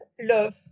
love